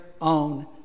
own